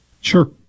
Sure